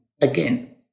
again